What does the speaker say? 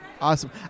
Awesome